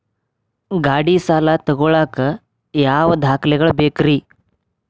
ಗಾಡಿ ಸಾಲ ತಗೋಳಾಕ ಯಾವ ದಾಖಲೆಗಳ ಬೇಕ್ರಿ?